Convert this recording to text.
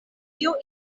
tio